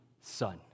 son